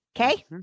Okay